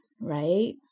right